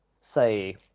say